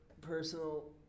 personal